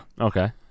okay